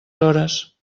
hores